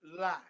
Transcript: lie